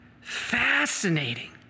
Fascinating